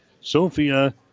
Sophia